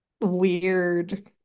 weird